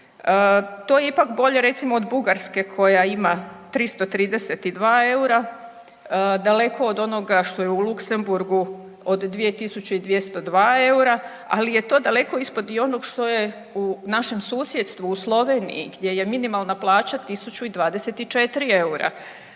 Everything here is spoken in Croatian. To je ipak bolje recimo od Bugarske koja ima 332 EUR-a, daleko od onoga što je u Luxembourgu od 2.202 EUR-a, ali je to daleko ispod i ono što je u našem susjedstvu u Sloveniji gdje je minimalna plaća 1.024 EUR-a.